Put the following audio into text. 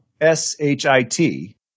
S-H-I-T